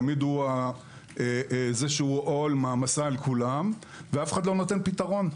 תמיד הוא זה שהוא מעמסה על כולם ואף אחד לא נותן פתרון.